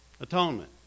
atonement